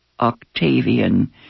Octavian